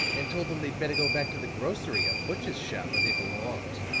and told them they'd better go back to the grocery or butcher's shop where they belonged.